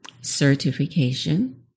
certification